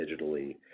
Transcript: digitally